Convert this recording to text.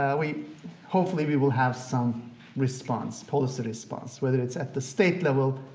ah we hopefully, we will have some response, policy-response, whether it's at the state-level,